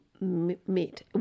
meet